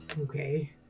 Okay